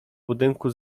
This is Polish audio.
budynku